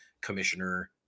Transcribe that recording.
commissioner